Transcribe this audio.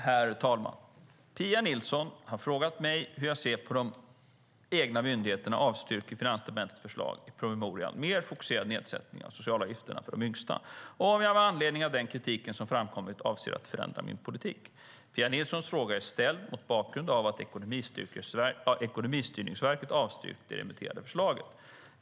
Herr talman! Pia Nilsson har frågat mig hur jag ser på att de egna myndigheterna avstyrker Finansdepartementets förslag i promemorian Mer fokuserad nedsättning av socialavgifterna för de yngsta och om jag med anledning av den kritik som framkommit avser att förändra min politik. Pia Nilssons fråga är ställd mot bakgrund av att Ekonomistyrningsverket har avstyrkt det remitterade förslaget.